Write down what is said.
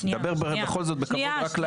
דבר בכל זאת בכבוד.